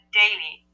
daily